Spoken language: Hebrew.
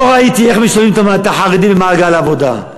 ראיתי איך משלבים את החרדים במעגל העבודה.